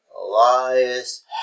Elias